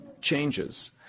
changes